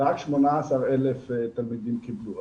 רק 18,000 תלמידים קיבלו.